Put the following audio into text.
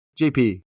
JP